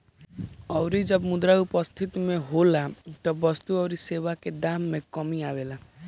अउरी जब मुद्रा अपस्थिति में होला तब वस्तु अउरी सेवा के दाम में कमी आवेला